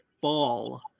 Ball